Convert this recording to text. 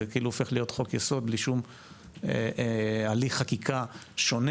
זה כאילו הופך להיות חוק יסוד לשום הליך חקיקה שונה